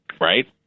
right